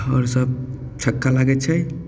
आओर सब छक्का लागै छै